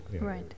Right